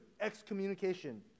excommunication